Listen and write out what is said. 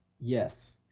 yes.